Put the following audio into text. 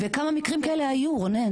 וכמה מקרים כאלה היו, רונן?